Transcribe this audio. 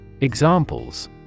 Examples